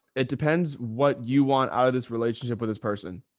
it depends what you want out of this relationship with this person.